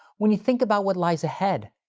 when you think about what lies ahead,